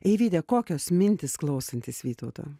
eivyde kokios mintys klausantis vytauto